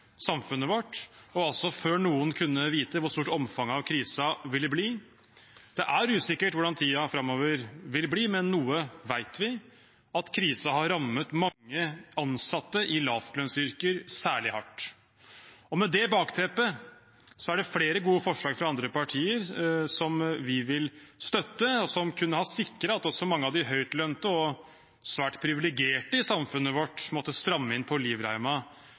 samfunnet vårt, og altså før noen kunne vite hvor stort omfanget av krisen ville bli. Det er usikkert hvordan tiden framover vil bli, men noe vet vi: at krisen har rammet mange ansatte i lavlønnsyrker særlig hardt. Med det bakteppet er det flere gode forslag fra andre partier som vi vil støtte, og som kunne ha sikret at også mange av de høytlønte og svært privilegerte i samfunnet vårt måtte stramme inn livreima.